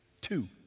Two